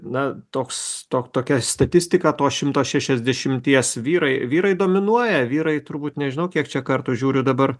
na toks tok tokia statistika to šimto šešiasdešimties vyrai vyrai dominuoja vyrai turbūt nežinau kiek čia kartų žiūriu dabar